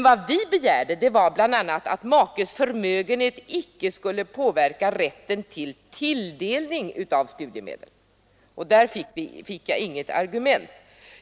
Vad vi begärde var bl.a. att makes förmögenhet inte skulle påverka rätten till tilldelning av studiemedel, och där fick jag inget motargument.